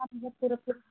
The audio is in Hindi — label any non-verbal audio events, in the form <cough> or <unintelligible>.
<unintelligible>